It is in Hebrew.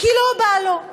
כי לא בא לו.